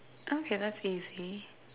okay that's easy